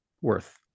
worth